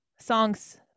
songs